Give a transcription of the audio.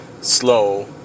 slow